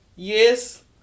Yes